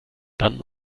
dann